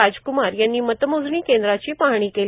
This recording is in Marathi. राज क्मार यांनी मतमोजणी केंद्राची पाहणी केली